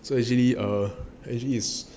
so actually err actually is